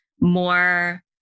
more